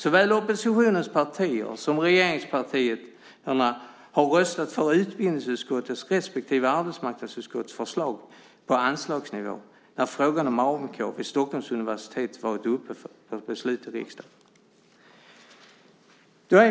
Såväl oppositionens partier som regeringspartierna har röstat för utbildningsutskottets respektive arbetsmarknadsutskottets förslag på anslagsnivå när frågan om AMK vid Stockholms universitet varit upp för beslut i riksdagen.